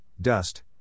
dust